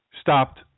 stopped